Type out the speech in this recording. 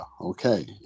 okay